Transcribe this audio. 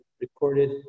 recorded